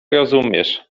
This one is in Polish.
rozumiesz